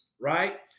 right